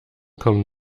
kommen